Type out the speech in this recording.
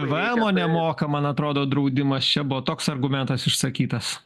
pvemo nemoka man atrodo draudimas čia buvo toks argumentas išsakytas